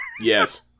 Yes